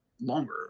longer